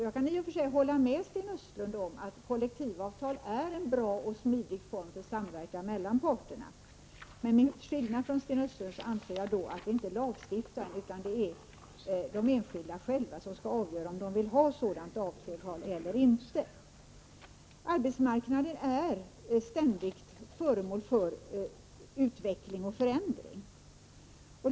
Jag kan i och för sig hålla med Sten Östlund om att kollektivavtal är en bra och smidig form för samverkan mellan parterna, men till skillnad från Sten Östlund anser jag att det är inte lagstiftaren utan de enskilda själva som skall avgöra om de vill ha sådant avtal eller inte. Arbetsmarknaden är ständigt föremål för utveckling och förändring.